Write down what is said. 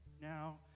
now